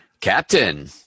Captain